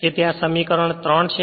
તેથી આ સમીકરણ 3 છે